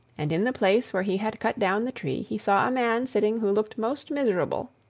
and in the place where he had cut down the tree he saw a man sitting who looked most miserable.